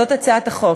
זו הצעת החוק,